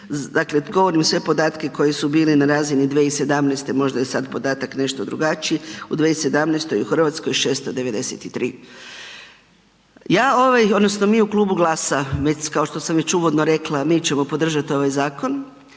dakle, govorim sve podatke koji su bili na razini 2017., možda je sad podatak nešto drugačiji. U 2017. u Hrvatskoj 693. Ja ovaj, odnosno mi u Klubu GLAS-a, već kao što sam već uvodno rekla, mi ćemo podržati ovaj zakon.